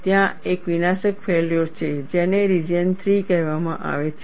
ત્યાં એક વિનાશક ફેલ્યોર છે જેને રિજિયન 3 કહેવામાં આવે છે